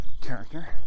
character